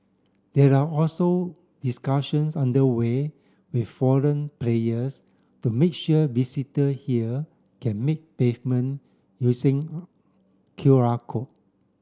there are also discussions under way with foreign players to make sure visitor here can make pavement using Q R code